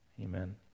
Amen